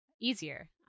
easier